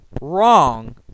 wrong